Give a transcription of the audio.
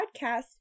podcast